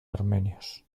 armenios